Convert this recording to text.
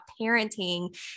parenting